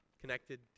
Connected